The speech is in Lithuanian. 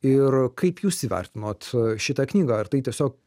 ir kaip jūs įvertinot šitą knygą ar tai tiesiog